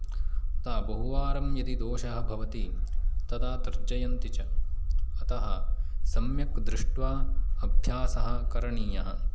अतः बहुवारं यदि दोषः भवति तदा तर्जयन्ति च अतः सम्यक् दृष्ट्वा अभ्यासः करणीयः